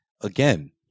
again